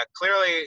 clearly